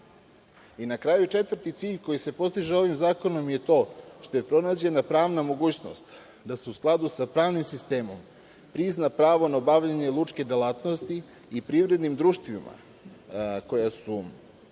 kraju, četvrti cilj koji se postiže ovim zakonom je to što je pronađena pravna mogućnost da se u skladu sa pravnim sistemom prizna pravo na obavljanje lučke delatnosti i privrednim društvima koja su